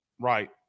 right